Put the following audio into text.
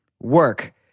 work